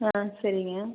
ஆ சரிங்க